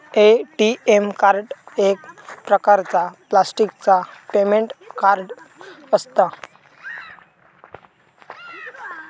ATM card एक प्रकारचा प्लॅस्टिकचा पेमेंट कार्ड असता